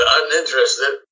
uninterested